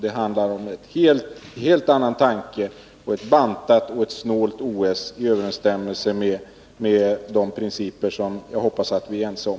Det är en helt annan uppläggning, ett bantat och ett snålt OS, i överensstämmelse med de principer som jag hoppas att vi är ense om.